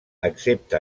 accepta